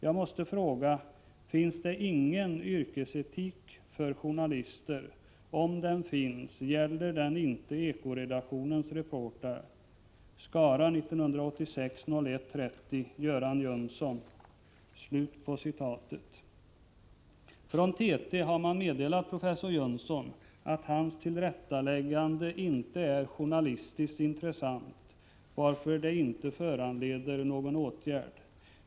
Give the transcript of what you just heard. Jag måste fråga: Finns det ingen yrkesetik för journalister? Om den finns, gäller den inte ekoredaktionens reportrar? Från TT har man meddelat professor Jönsson att hans tillrättaläggande inte är journalistiskt intressant, varför det inte föranleder någon åtgärd.